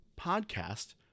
podcast